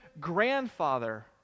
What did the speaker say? grandfather